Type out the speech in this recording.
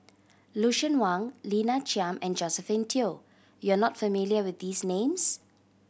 Lucien Wang Lina Chiam and Josephine Teo you are not familiar with these names